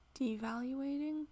devaluating